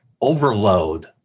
overload